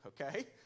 Okay